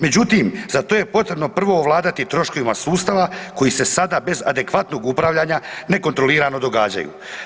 Međutim, za to je potrebno prvo ovladati troškovima sustava koji se sada bez adekvatnog upravljanja nekontrolirano događaju.